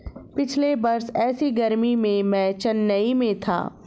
पिछले वर्ष ऐसी गर्मी में मैं चेन्नई में था